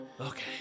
Okay